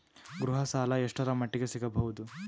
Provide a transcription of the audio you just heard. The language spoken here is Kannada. ಗೃಹ ಸಾಲ ಎಷ್ಟರ ಮಟ್ಟಿಗ ಸಿಗಬಹುದು?